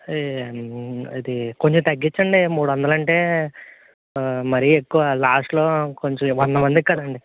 ఇది కొంచెం తగ్గించండి మూడొందలంటే మరీ ఎక్కువ లాస్ట్లో కొంచెం వంద మందికి కందండీ